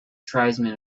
tribesmen